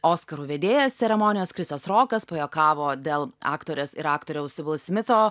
oskarų vedėjas ceremonijos krisas rokas pajuokavo dėl aktorės ir aktoriaus smito